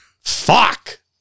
Fuck